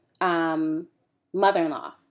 mother-in-law